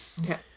Okay